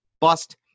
bust